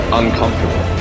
uncomfortable